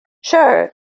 Sure